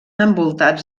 envoltats